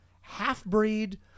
half-breed